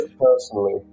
personally